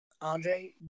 Andre